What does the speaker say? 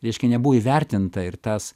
reiškia nebuvo įvertinta ir tas